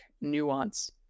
nuance